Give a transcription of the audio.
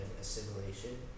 assimilation